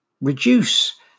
reduce